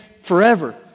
forever